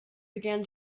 began